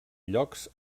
llocs